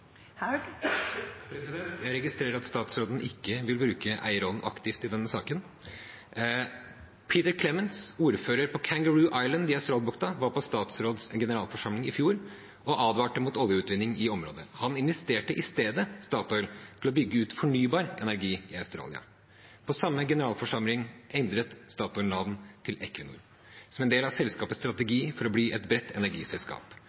Jeg registrerer at statsråden ikke vil bruke eierrollen aktivt i denne saken. Peter Clements, ordfører på Kangaroo Island i Australbukta, var på Statoils generalforsamling i fjor og advarte mot oljeutvinning i området. Han inviterte i stedet Statoil til å bygge ut fornybar energi i Australia. På samme generalforsamling endret Statoil navn til Equinor som en del av selskapets strategi for å bli et bredt energiselskap.